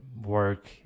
work